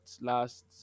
last